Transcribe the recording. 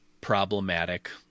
problematic